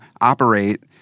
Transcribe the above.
operate